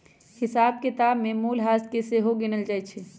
हिसाब किताब में मूल्यह्रास के सेहो गिनल जाइ छइ